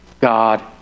God